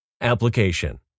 Application